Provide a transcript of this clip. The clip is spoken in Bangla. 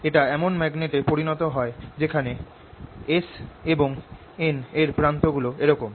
এটা এমন ম্যাগনেট এ পরিণত হয় যেখানে S এবং N এর প্রান্ত গুলো এরকম